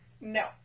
No